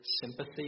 sympathy